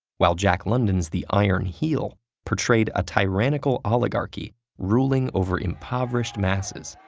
while jack london's the iron heel portrayed a tyrannical oligarchy ruling over impoverished masses.